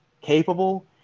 capable